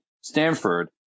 Stanford